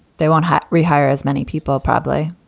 they want hot rehire as many people probably,